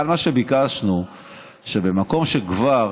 מה שביקשנו כאן הוא שבמקום שכבר